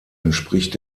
entspricht